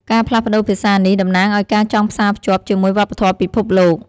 ការផ្លាស់ប្តូរភាសានេះតំណាងឱ្យការចង់ផ្សាភ្ជាប់ជាមួយវប្បធម៌ពិភពលោក។